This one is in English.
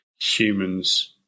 humans